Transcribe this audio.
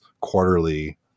quarterly